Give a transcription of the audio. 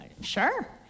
sure